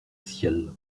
ciel